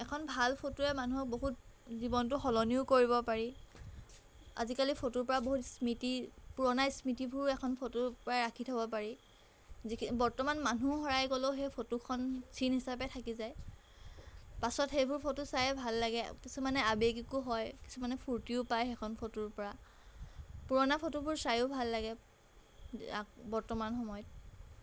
এখন ভাল ফটোয়ে মানুহক বহুত জীৱনটো সলনিও কৰিব পাৰি আজিকালি ফটোৰ পৰা বহুত স্মৃতি পুৰণা স্মৃতিবোৰ এখন ফটোৰ পৰা ৰাখি থ'ব পাৰি যিখি বৰ্তমান মানুহ হেৰাই গ'লেও সেই ফটোখন চিন হিচাপে থাকি যায় পাছত সেইবোৰ ফটো চায়েই ভাল লাগে কিছুমানে আৱেগিকো হয় কিছুমানে ফূৰ্তিও পায় সেইখন ফটোৰ পৰা পুৰণা ফটোবোৰ চাইও ভাল লাগে আ বৰ্তমান সময়ত